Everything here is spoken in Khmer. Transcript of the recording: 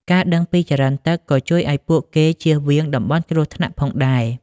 ការដឹងពីចរន្តទឹកក៏ជួយឱ្យពួកគេចៀសវាងតំបន់គ្រោះថ្នាក់ផងដែរ។